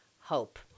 hope